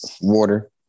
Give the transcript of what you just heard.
Water